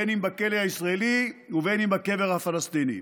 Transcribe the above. בין אם בכלא הישראלי ובין אם בקבר הפלסטיני.